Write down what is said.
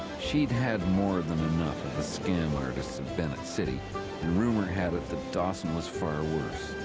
she'd had more than enough of the scam artists of bennett city, and rumour had it that dawson was far worse.